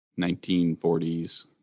1940s